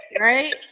right